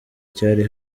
cyari